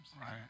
Right